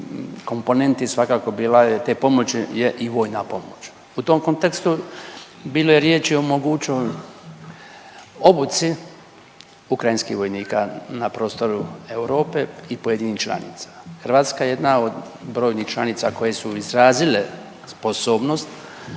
komponenti svakako bila je te pomoći je i vojna pomoć. U tom kontekstu bilo je riječi o mogućoj obuci ukrajinskih vojnika na prostoru Europe i pojedinih članica. Hrvatska je jedna od brojnih članica koje su izrazile sposobnost